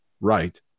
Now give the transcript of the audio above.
right